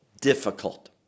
difficult